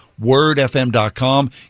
wordfm.com